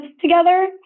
together